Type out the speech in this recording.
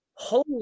Holy